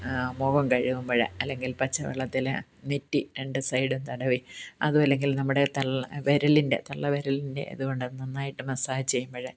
മുഖം കഴുകുമ്പഴ് അല്ലെങ്കിൽ പച്ച വെള്ളത്തിൽ നെറ്റി രണ്ടു സൈഡും തടവി അതുമല്ലെങ്കിൽ നമ്മുടെ തള്ള വിരലിൻ്റെ തള്ള വിരലിൻ്റെ ഇത് കൊണ്ട് നന്നായിട്ട് മസ്സാജ് ചെയ്യുമ്പഴ്